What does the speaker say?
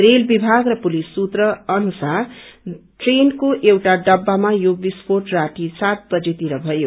rail विभाग र police सूत्र अनुसार ट्रेनको एउआ डब्बामा यो विस्फोट राति सात बजे तिर भयो